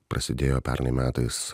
prasidėjo pernai metais